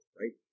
right